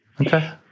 okay